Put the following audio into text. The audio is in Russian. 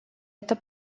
это